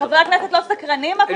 קראת את ההבהרה הזאת, גפני?